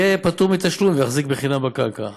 יהיה פטור מתשלום ויחזיק בקרקע חינם.